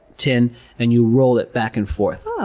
tin and you roll it back and forth.